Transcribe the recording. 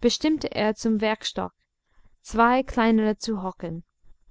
bestimmte er zum werkstock zwei kleinere zu hockern